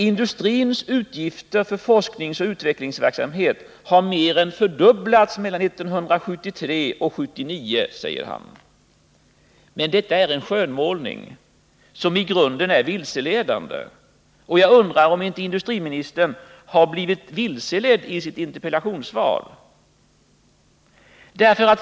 Industrins utgifter för forskningsoch utvecklingsverksamhet har mer än fördubblats mellan 1973 och 1979, säger han. Men detta är en skönmålning, som i grunden är vilseledande. Jag undrar om inte industriministern blivit vilseledd när han skrivit sitt interpellationssvar.